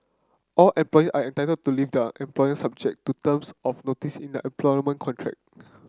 all employee are entitled to leave their employer subject to terms of notice in their employment contract